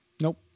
Nope